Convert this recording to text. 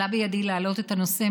עלה בידי להעלות את הנושא,